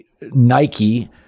Nike